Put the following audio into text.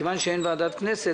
מכיוון שאין ועדת כנסת,